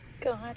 God